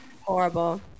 Horrible